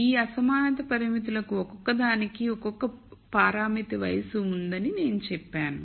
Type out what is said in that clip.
ఈ అసమానత పరిమితులకు ఒక్కొక్క దానికి ఒక పారామితి వయస్సు ఉందని నేను చెప్పాను